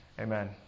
Amen